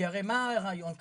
כי הרי מה הרעיון כאן?